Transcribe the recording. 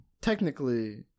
technically